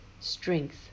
strength